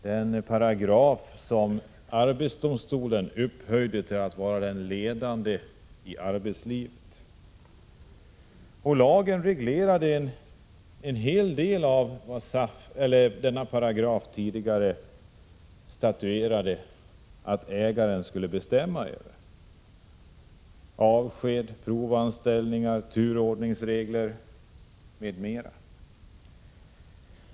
Denna paragraf upphöjde arbetsdomstolen till den ledande bestämmelsen i arbetslivet. Lagen reglerar en hel del av det som den tidigare § 32 stipulerade att ägaren skulle bestämma över: avsked, provanställningar, turordningsförfarande m.m.